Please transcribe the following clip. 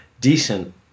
decent